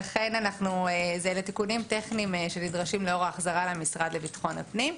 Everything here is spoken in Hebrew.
לכן אלה תיקונים טכניים שנדרשים לאור ההחזרה למשרד לביטחון הפנים.